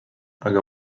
aga